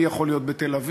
מי יכול להיות בתל-אביב?